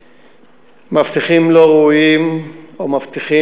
מאבטחים לא ראויים או מאבטחים,